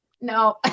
no